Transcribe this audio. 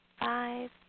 Five